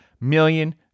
million